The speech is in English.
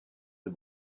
the